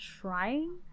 trying